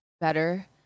better